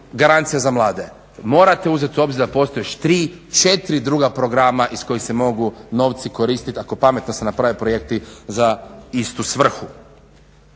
garancija za mlade. Morate uzeti u obzir da postoje još tri, četiri druga programa iz kojih se mogu novci koristiti ako pametno se naprave projekti za istu svrhu.